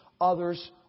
others